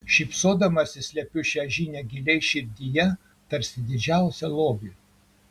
šypsodamasi slepiu šią žinią giliai širdyje tarsi didžiausią lobį